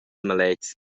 maletgs